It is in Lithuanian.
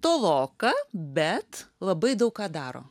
toloka bet labai daug ką daro